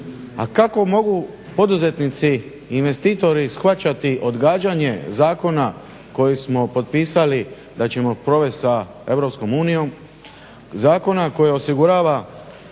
A kako mogu poduzetnici investitori shvaćati odgađanje zakona koji smo potpisali da ćemo provest sa Europskom unijom, zakona koji osigurava